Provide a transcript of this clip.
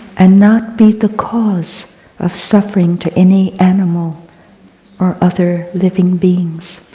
and not be the cause of suffering to any animal or other living beings.